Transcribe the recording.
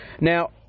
Now